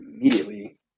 immediately